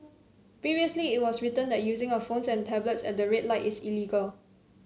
previously it was written that using of phones and tablets at the red light is illegal